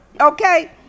okay